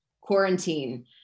quarantine